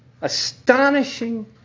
astonishing